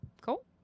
cool